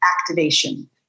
activation